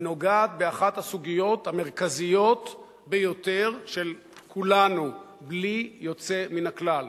היא נוגעת באחת הסוגיות המרכזיות ביותר של כולנו בלי יוצא מן הכלל,